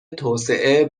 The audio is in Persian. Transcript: توسعه